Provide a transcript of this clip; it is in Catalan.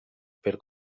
per